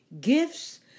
gifts